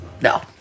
no